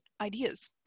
ideas